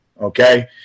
Okay